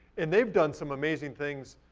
and they've done some amazing things